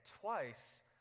twice